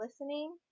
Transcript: listening